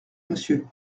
monsieur